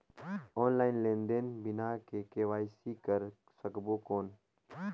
Online लेनदेन बिना KYC कर सकबो कौन??